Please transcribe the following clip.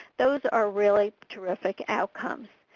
those are really terrific outcomes.